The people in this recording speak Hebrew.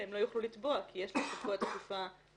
הם לא יוכלו לתבוע כי יש להם --- בתור רשות.